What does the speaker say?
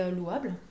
louable